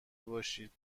باشید